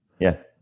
Yes